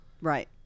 Right